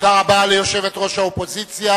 תודה רבה ליושבת-ראש האופוזיציה.